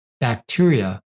bacteria